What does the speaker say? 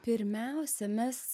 pirmiausia mes